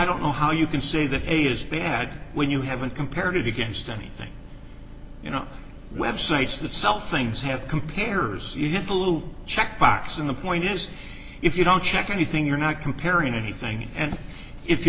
don't know how you can say that a is bad when you have a comparative against anything you know websites that sell things have computers you have a little checkbox and the point is if you don't check anything you're not comparing anything and if you